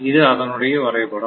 இது அதனுடைய வரைபடம்